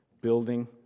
building